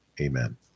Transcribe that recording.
Amen